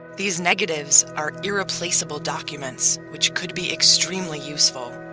these negatives are irreplaceable documents which could be extremely useful.